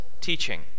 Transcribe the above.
teaching